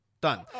done